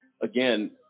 again